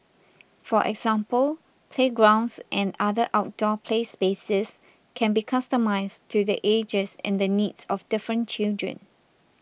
for example playgrounds and other outdoor play spaces can be customised to the ages and needs of different children